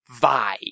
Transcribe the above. vibe